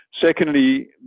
Secondly